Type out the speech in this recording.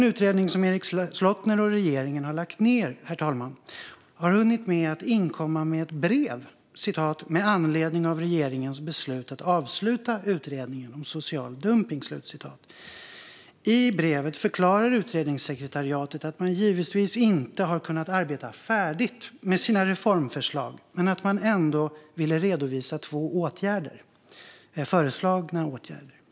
Utredningen som Erik Slottner och regeringen har lagt ned har hunnit inkomma med ett brev med anledning av regeringens beslut att avsluta utredningen om att motverka social dumpning. I brevet förklarar utredningssekretariatet att man givetvis inte har kunnat arbeta färdigt med sina reformförslag men att man ändå vill redovisa två föreslagna åtgärder.